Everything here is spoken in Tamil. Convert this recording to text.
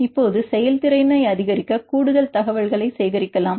இப்போது செயல்திறனை அதிகரிக்க கூடுதல் தகவல்களைச் சேர்க்கலாம்